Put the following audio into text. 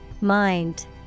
Mind